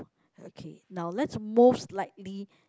okay now let's most likely